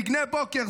דגני בוקר,